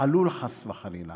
עלול חס וחלילה